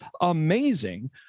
amazing